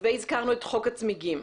והזכרנו את חוק הצמיגים.